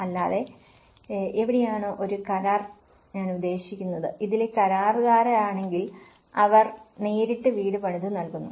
അല്ലാതെ എവിടെയാണ് ഒരു കരാർ ഞാൻ ഉദ്ദേശിക്കുന്നത് ഇതിലെ കരാറുകാരാണെങ്കിൽ അവർ നേരിട്ട് വീട് പണിതു നൽകുന്നു